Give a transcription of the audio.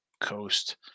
Coast